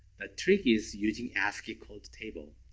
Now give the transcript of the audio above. the trick is using ascii code table.